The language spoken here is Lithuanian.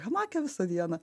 hamake visą dieną